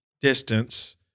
distance